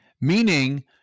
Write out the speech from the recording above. meaning